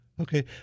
Okay